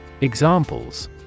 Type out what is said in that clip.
Examples